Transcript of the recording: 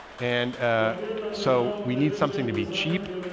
and so we need something to be cheap.